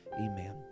Amen